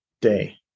day